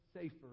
safer